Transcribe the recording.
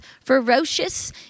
ferocious